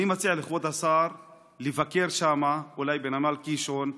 אני מציע לכבוד השר לבקר שם, אולי בנמל קישון.